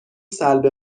سلب